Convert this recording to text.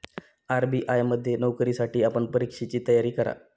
RBI मध्ये नोकरीसाठी आपण परीक्षेची तयारी करा